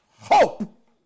hope